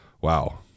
wow